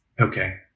okay